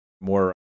more